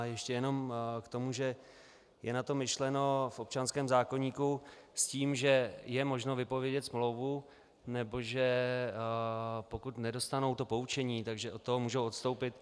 Ještě k tomu, že je na to myšleno v občanském zákoníku s tím, že je možno vypovědět smlouvu, nebo že pokud nedostanou poučení, tak od toho můžou odstoupit.